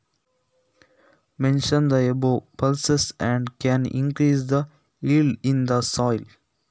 ದ್ವಿದಳ ಧ್ಯಾನಗಳನ್ನು ಮೇಲೆ ತಿಳಿಸಿ ಮಣ್ಣಿನಲ್ಲಿ ಇಳುವರಿ ಜಾಸ್ತಿ ಬರಲು ಸಾಧ್ಯವೇ?